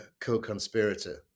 co-conspirator